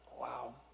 Wow